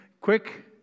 quick